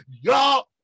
Y'all